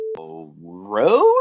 road